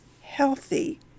healthy